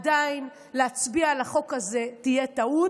עדיין, להצביע על החוק הזה זה טעות.